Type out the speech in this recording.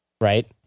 right